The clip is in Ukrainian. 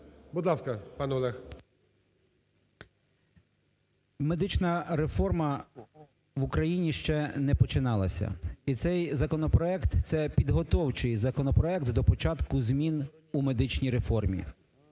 Медична реформа в Україні ще не починалася. І цей законопроект – це підготовчий законопроект до початку змін у медичній реформі.